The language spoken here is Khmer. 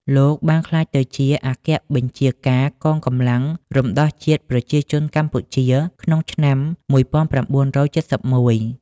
លោក បានក្លាយទៅជាអគ្គបញ្ជា ការកងកម្លាំងរំដោះជាតិប្រជាជនកម្ពុជា ក្នុងឆ្នាំ១៩៧១ ។